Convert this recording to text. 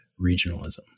regionalism